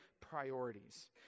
priorities